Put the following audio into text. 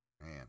Man